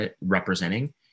representing